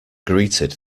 greeted